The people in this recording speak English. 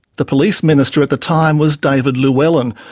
the police minister at the time was david llewellyn,